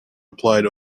applied